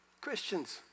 Christians